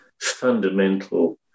fundamental